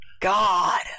God